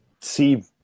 see